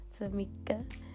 Tamika